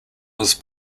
was